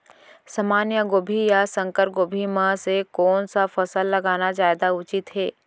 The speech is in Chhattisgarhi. सामान्य गोभी या संकर गोभी म से कोन स फसल लगाना जादा उचित हे?